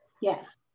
Yes